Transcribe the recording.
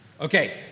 Okay